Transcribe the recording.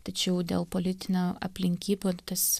tačiau dėl politinių aplinkybių tas